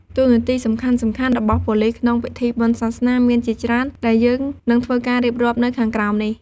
តួនាទីសំខាន់ៗរបស់ប៉ូលិសក្នុងពិធីបុណ្យសាសនាមានជាច្រើនដែលយើងនិងធ្វើការៀបរាប់នៅខាងក្រោមនេះ។